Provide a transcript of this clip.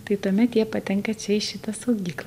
tai tuomet jie patenka čia į šitą saugyklą